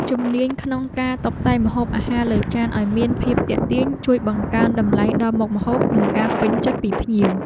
ជំនាញក្នុងការតុបតែងម្ហូបអាហារលើចានឱ្យមានភាពទាក់ទាញជួយបង្កើនតម្លៃដល់មុខម្ហូបនិងការពេញចិត្តពីភ្ញៀវ។